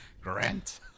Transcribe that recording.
Grant